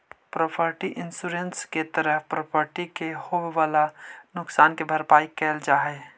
property insurance के तहत property के होवेऽ वाला नुकसान के भरपाई कैल जा हई